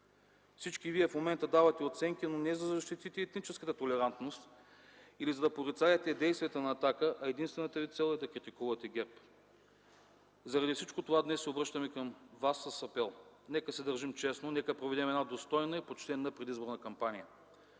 Всички вие в момента давате оценки, но не за да защитите етническата толерантност или за да порицаете действията на „Атака”, а единствената ви цел е да критикувате ГЕРБ. Заради всичко това днес се обръщаме към вас с апел: нека се държим честно, нека проведем една достойна и почтена предизборна кампания.